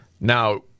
Now